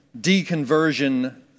deconversion